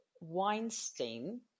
Weinstein